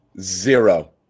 Zero